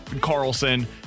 Carlson